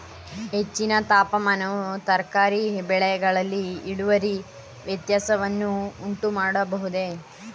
ಹೆಚ್ಚಿನ ತಾಪಮಾನವು ತರಕಾರಿ ಬೆಳೆಗಳಲ್ಲಿ ಇಳುವರಿ ವ್ಯತ್ಯಾಸವನ್ನು ಉಂಟುಮಾಡಬಹುದೇ?